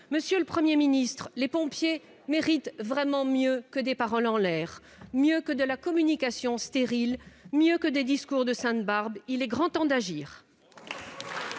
Monsieur le Premier ministre, les pompiers méritent vraiment mieux que des paroles en l'air, mieux que de la communication stérile, mieux que des discours de Sainte-Barbe. Il est grand temps d'agir